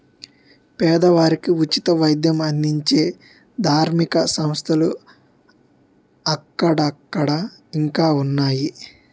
పేదవారికి ఉచిత వైద్యం అందించే ధార్మిక సంస్థలు అక్కడక్కడ ఇంకా ఉన్నాయి